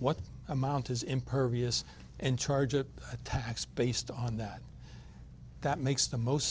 what amount is impervious and charge it attacks based on that that makes the most